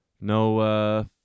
No